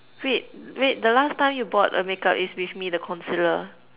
wait wait the last time you bought a make-up is with me the concealer